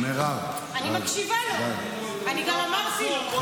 אני מקשיבה לו, אני גם אמרתי לו.